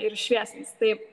ir šviesins tai